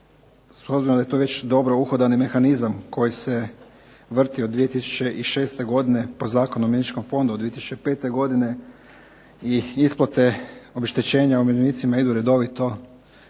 s obzirom da je to već dobro uhodani mehanizam koji se vrti od 2006. godine po Zakonu o umirovljeničkom fondu od 2005. godine i isplate obeštećenja umirovljenicima idu redovito